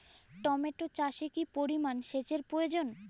Tomato চাষে কি পরিমান সেচের প্রয়োজন?